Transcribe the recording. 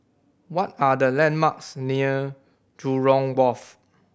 what are the landmarks near Jurong Wharf